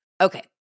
Okay